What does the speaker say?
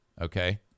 Okay